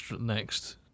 next